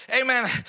Amen